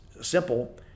simple